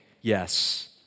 yes